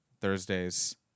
Thursdays